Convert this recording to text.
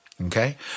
okay